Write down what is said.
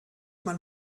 man